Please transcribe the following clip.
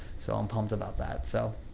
so i'm pumped about that. so,